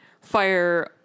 fire